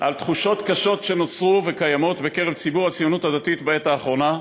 על תחושות קשות שנוצרו וקיימות בקרב ציבור הציונות הדתית בעת האחרונה,